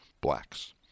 blacks